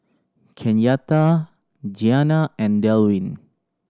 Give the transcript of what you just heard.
Kenyatta Gianna and Delwin